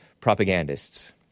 propagandists